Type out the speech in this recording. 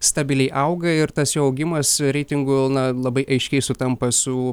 stabiliai auga ir tas jo augimas reitingų na labai aiškiai sutampa su